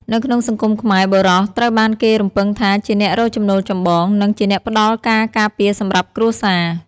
នៅក្នុងសង្គមខ្មែរ បុរស ត្រូវបានគេរំពឹងថាជាអ្នករកចំណូលចម្បង និងជាអ្នកផ្ដល់ការការពារសម្រាប់គ្រួសារ។